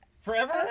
Forever